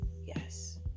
Yes